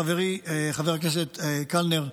חברי חבר הכנסת קלנר,